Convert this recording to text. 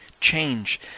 change